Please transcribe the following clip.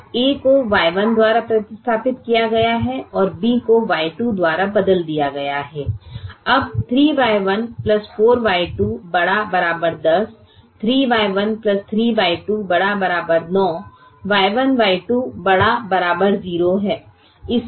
अब a को Y1 द्वारा प्रतिस्थापित किया गया है और B को Y2 द्वारा बदल दिया गया है अब 3Y1 4Y2 ≥ 10 3Y1 3Y2 ≥ 9 Y1 Y2 ≥ 0 है